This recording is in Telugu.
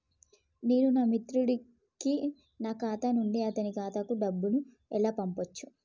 నేను నా మిత్రుడి కి నా ఖాతా నుండి అతని ఖాతా కు డబ్బు ను ఎలా పంపచ్చు?